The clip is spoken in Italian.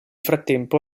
frattempo